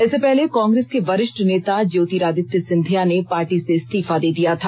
इससे पहले कांग्रेस के वरिष्ठ नेता ज्योतिरादित्य सिंधिया ने पार्टी से इस्तीफा दे दिया था